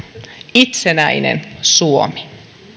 itsenäinen suomi